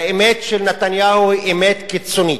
והאמת של נתניהו היא אמת קיצונית.